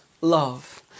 love